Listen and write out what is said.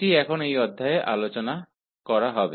तो अब यह इस अध्याय की चर्चा होगी